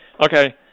okay